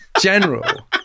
general